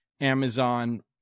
Amazon